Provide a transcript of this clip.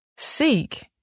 Seek